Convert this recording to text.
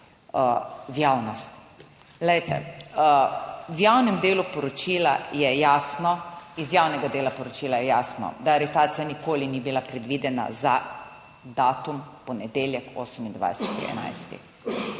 v javnost? Glejte, v javnem delu poročila je jasno, iz javnega dela poročila je jasno, da aretacija nikoli ni bila predvidena za datum v ponedeljek, 28. 11.